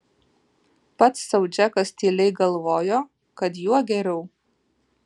pats sau džekas tyliai galvojo kad juo geriau